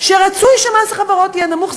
שלגביהן רצוי שמס החברות יהיה נמוך,